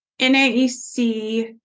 NAEC